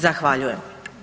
Zahvaljujem.